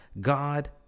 God